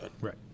Right